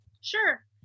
Sure